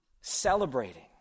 Celebrating